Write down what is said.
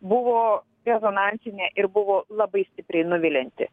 buvo rezonansinė ir buvo labai stipriai nuvilianti